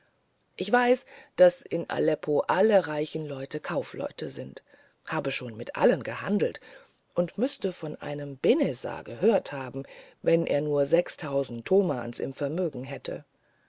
ich weiß daß in aleppo alle reichen leute kaufleute sind habe schon mit allen gehandelt und müßte von einem benezar gehört haben und wenn er nur sechstausend tomans im vermögen hätte